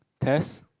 test